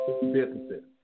businesses